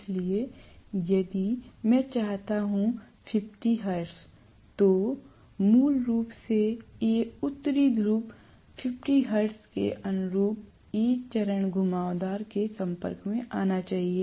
इसलिए यदि मैं चाहता हूं 50 हर्ट्ज तो मूल रूप से ये उत्तरी ध्रुव 50 हर्ट्ज के अनुरूप A चरण घुमावदार के संपर्क में आना चाहिए